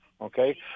okay